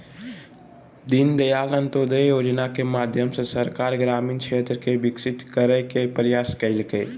दीनदयाल अंत्योदय योजना के माध्यम से सरकार ग्रामीण क्षेत्र के विकसित करय के प्रयास कइलके